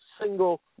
single